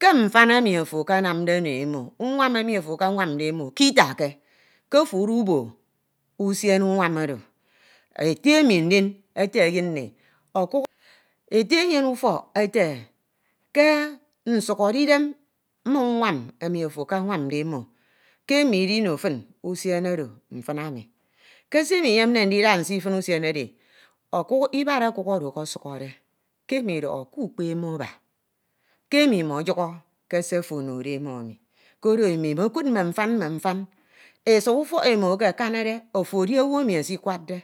ke mfan emi ofo akanamde ono emo, ke unwam emi ofo akanwamde imo ke itakke, ke ofo udubo usiene unwam oro, ete enyene ufok ete ke nsukhọde idem ma unwam emi ofo akanwamde imo, ke imo idino fin usiene oro mfin ami ke se imo ujemde ndida neii fin usiene edi ibad ọkuk oro ekesukhọde ke imo idọhọ kukpe imo aba, ke imo imọyọhọ ke se ofo onode imo emi, kori imo imekud me mfan, me mfan. Esa ufọk imo eke kanade ofo edi owu emi esikuadde.